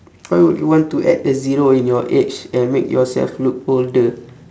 why would you want to add a zero in your age and make yourself look older